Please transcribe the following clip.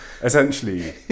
essentially